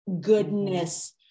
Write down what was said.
goodness